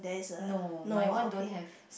no my one don't have